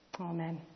Amen